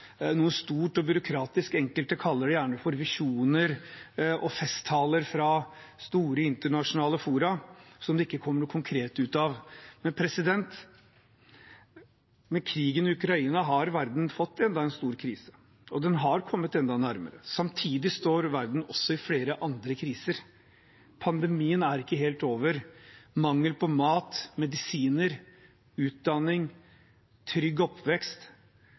stort og byråkratisk; enkelte kaller det gjerne for visjoner og festtaler fra store internasjonale fora som det ikke kommer noe konkret ut av. Men med krigen i Ukraina har verden fått enda en stor krise, og den har kommet enda nærmere. Samtidig står verden i flere andre kriser. Pandemien er ikke helt over, og mangel på mat, medisiner, utdanning og trygg oppvekst